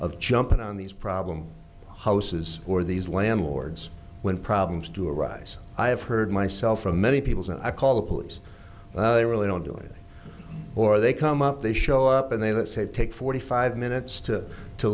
of jumping on these problem houses or these landlords when problems do arise i have heard myself from many peoples and i call the police they really don't do it or they come up they show up and they say take forty five minutes to to